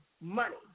money